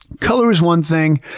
color is one thing.